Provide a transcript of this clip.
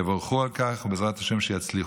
יבורכו על כך, ובעזרת השם שיצליחו.